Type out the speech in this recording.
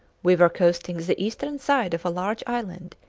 we were coasting the eastern side of a large island,